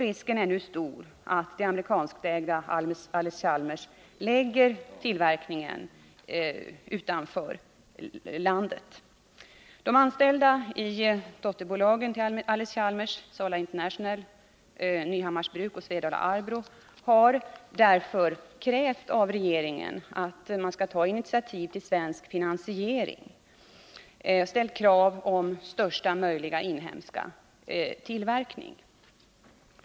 Risken är nu stor att det amerikanskt ägda Allis-Chalmers lägger tillverkningen utanför Sverige. De anställda i Allis-Chalmers dotterbolag — Sala International, Nyhammars bruk och Svedala-Arbrå — har därför krävt att regeringen skall ta initiativ till svensk finansiering med krav på största möjliga inhemska tillverkning.